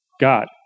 God